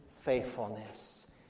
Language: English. faithfulness